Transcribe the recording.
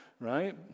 right